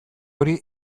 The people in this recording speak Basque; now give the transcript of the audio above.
hori